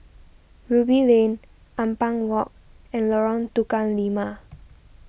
Ruby Lane Ampang Walk and Lorong Tukang Lima